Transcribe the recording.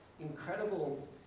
incredible